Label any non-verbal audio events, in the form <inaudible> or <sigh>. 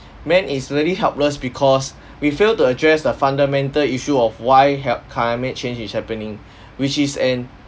men is really helpless because <breath> we failed to address the fundamental issue of why hep~ climate change is happening <breath> which is an